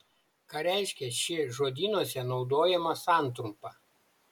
ką reiškia ši žodynuose naudojama santrumpa